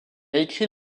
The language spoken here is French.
écrit